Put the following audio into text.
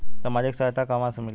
सामाजिक सहायता कहवा से मिली?